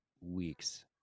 weeks